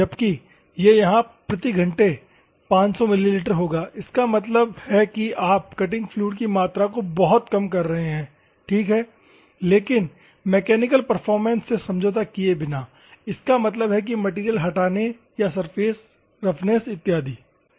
जबकि यह यहां प्रति घंटे 500 मिलीलीटर होगा इसका मतलब है कि आप कटिंग फ्लूइड की मात्रा को बहुत कम कर रहे हैं ठीक है लेकिन मैकेनिकल परफॉरमेंस से समझौता किए बिना इसका मतलब है कि मैटेरियल हटाने या सरफेस रफनेस इत्यादि